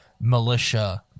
militia